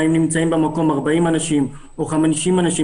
האם נמצאים במקום 40 אנשים או 50 אנשים,